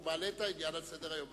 והוא מעלה את העניין על סדר-היום,